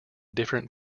different